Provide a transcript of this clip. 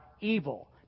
evil